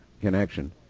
connection